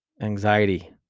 anxiety